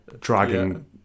dragging